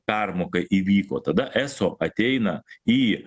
permoka įvyko tada eso ateina į